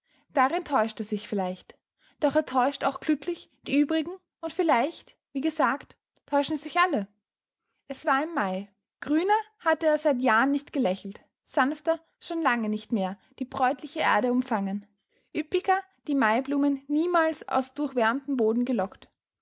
darin täuscht er sich vielleicht doch er täuscht auch glücklich die uebrigen und vielleicht wie gesagt täuschen sich alle es war im mai grüner hatte er seit jahren nicht gelächelt sanfter schon lange nicht mehr die bräutliche erde umfangen üppiger die maiblumen niemals aus durchwärmtem boden gelockt